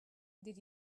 did